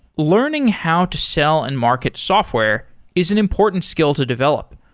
learning how to sell and market software is an important skill to develop.